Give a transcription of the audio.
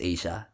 Asia